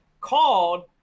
called